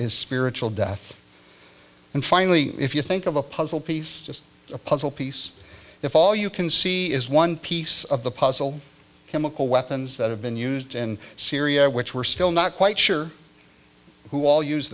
is spiritual death and finally if you think of a puzzle piece as a puzzle piece if all you can see is one piece of the puzzle chemical weapons that have been used in syria which we're still not quite sure who all use